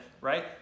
right